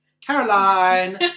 Caroline